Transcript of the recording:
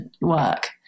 work